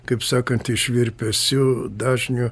kaip sakant iš virpesių dažnio